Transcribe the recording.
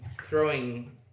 throwing